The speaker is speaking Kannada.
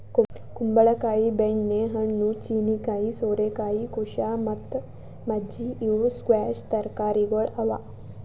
ಕುಂಬಳ ಕಾಯಿ, ಬೆಣ್ಣೆ ಹಣ್ಣು, ಚೀನೀಕಾಯಿ, ಸೋರೆಕಾಯಿ, ಕುಶಾ ಮತ್ತ ಮಜ್ಜಿ ಇವು ಸ್ಕ್ವ್ಯಾಷ್ ತರಕಾರಿಗೊಳ್ ಅವಾ